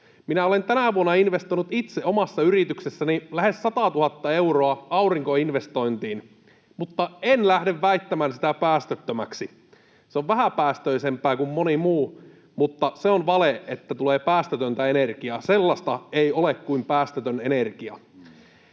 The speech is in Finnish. Minä olen tänä vuonna investoinut itse omassa yrityksessäni lähes 100 000 euroa aurinkoenergiaan, mutta en lähde väittämään sitä päästöttömäksi. Se on vähäpäästöisempää kuin moni muu, mutta se on vale, että tulee päästötöntä energiaa. Sellaista kuin päästötön energia